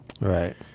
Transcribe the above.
Right